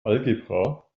algebra